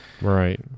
Right